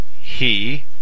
He